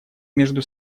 между